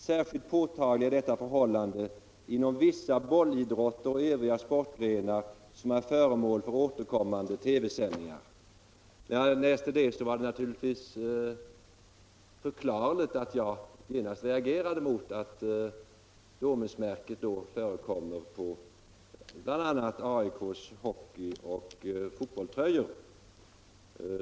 Särskilt påtagligt är detta förhållande inom vissa bollidrotter och de övriga sportgrenar som är föremål för återkommande TV-sändningar.” När jag läste detta var det förklarligt att jag genast reagerade mot att Domusmärket förekommer på bl.a. AIK:s hockeyoch fotbollströjor.